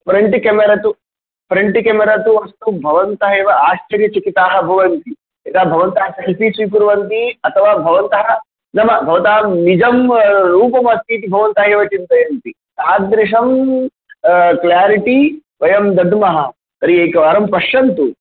front camera तु front camera तु द्रष्टुं भवन्तः एव आश्चर्यचकिताः भवन्ति यदा भवन्तः सेल्फि स्वीकुर्वन्ति अथवा भवन्तः नाम भवतां निजं रूपम् अस्ति इति भवन्तः एव चिन्तयन्ति तादृशं क्लारिटि वयं दद्मः तर्हि एकवारं पश्यन्तु